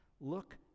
Look